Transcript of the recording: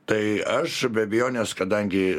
tai aš be abejonės kadangi